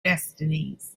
destinies